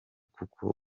kuko